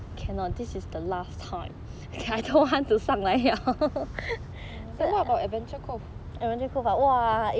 then what about adventure cove